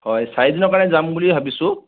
হয় চাৰিদিনৰ কাৰণে যাম বুলি ভাবিছো